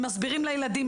הם מסבירים לילדים,